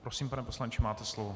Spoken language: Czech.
Prosím, pane poslanče, máte slovo.